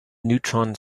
neutron